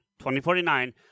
2049